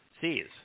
Seize